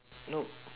nope